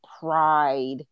pride